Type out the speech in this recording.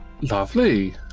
Lovely